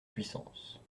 puissances